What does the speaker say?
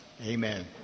amen